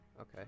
okay